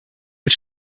als